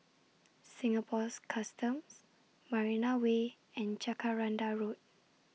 Singapore's Customs Marina Way and Jacaranda Road